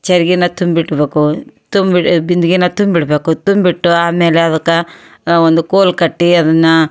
ಚರ್ಗೆನ ತುಂಬಿ ಇಡ್ಬೇಕು ತುಂಬಿಟ್ ಬಿಂದ್ಗೇನ ತುಂಬಿ ಇಡಬೇಕು ತುಂಬಿಟ್ಟು ಆಮೇಲೆ ಅದಕ್ಕೆ ಒಂದು ಕೋಲು ಕಟ್ಟಿ ಅದನ್ನು